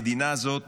המדינה הזאת